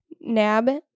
Nab